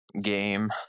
game